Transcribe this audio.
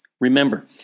Remember